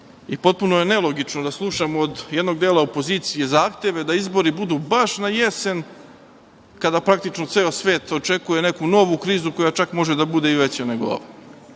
apsurdno i nelogično da slušamo od jednog dela opozicije zahtev da izbori budu baš na jesen, kada praktično ceo svet očekuje neku novu krizu koja može da bude i veća nego ova.